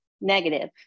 negative